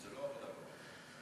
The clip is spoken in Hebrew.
לא, זה עדכון.